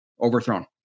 Overthrown